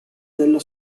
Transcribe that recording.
dello